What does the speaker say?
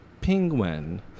penguin